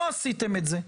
לא עשיתם את זה,